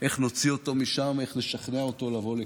איך נוציא אותו משם, איך נשכנע אותו לבוא לכאן.